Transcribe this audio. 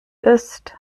ist